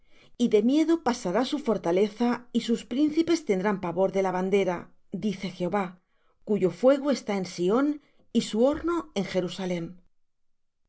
y de miedo pasará su fortaleza y sus príncipes tendrán pavor de la bandera dice jehová cuyo fuego está en sión y su horno en jerusalem